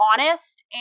honest